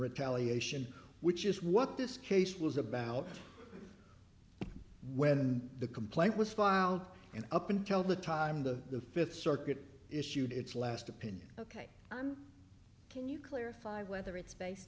retaliate which is what this case was about when the complaint was filed and up until the time the fifth circuit issued its last opinion ok can you clarify whether it's based